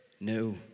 no